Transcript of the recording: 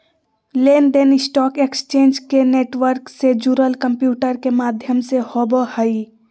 लेन देन stock exchange के network से जुड़ल कंम्प्यूटर के माध्यम से होबो हइ